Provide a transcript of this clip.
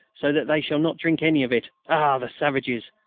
so that they shall not drink any of it. ah! the savages!